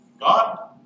god